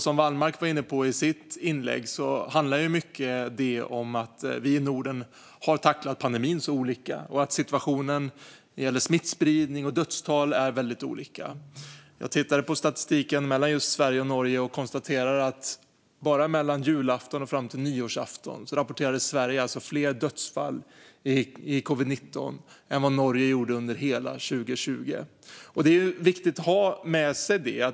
Som Wallmark var inne på i sitt inlägg handlar det mycket om att vi i Norden har tacklat pandemin så olika och att situationen när det gäller smittspridning och dödstal är väldigt olika. Jag jämförde statistiken i Sverige och Norge och konstaterade att bara mellan julafton och nyårsafton rapporterade Sverige fler dödsfall i covid19 än vad Norge gjorde under hela 2020. Det är viktigt att ha med sig det.